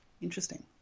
Interesting